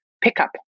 pickup